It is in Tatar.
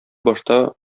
башта